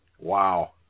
Wow